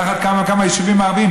גם על היישובים הערביים,